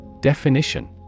Definition